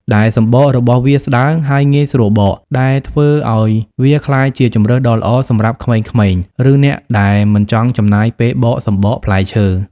ដែលសំបករបស់វាស្តើង ហើយងាយស្រួលបក ដែលធ្វើឲ្យវាក្លាយជាជម្រើសដ៏ល្អសម្រាប់ក្មេងៗ ឬអ្នកដែលមិនចង់ចំណាយពេលបកសំបកផ្លែឈើ។